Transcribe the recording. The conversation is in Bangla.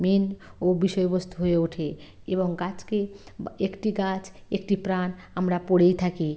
মেন ও বিষয়বস্তু হয়ে ওঠে এবং গাছকে একটি গাছ একটি প্রাণ আমরা পড়েই থাকি